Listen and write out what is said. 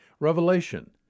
Revelation